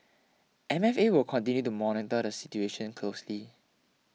M F A will continue to monitor the situation closely